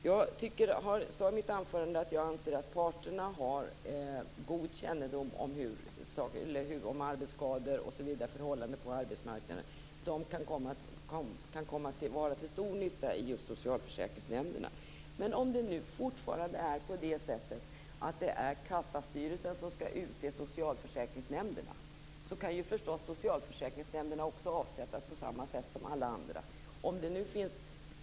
Jag sade i mitt anförande att parterna har god kännedom om arbetsskador och andra förhållanden på arbetsmarknaden. De kan komma till stor nytta i socialförsäkringsnämnderna. Om det fortfarande är kassastyrelsen som skall utse socialförsäkringsnämnderna, kan ju förstås socialförsäkringsnämnderna också avsättas på samma sätt som alla andra.